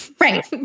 Right